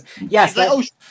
Yes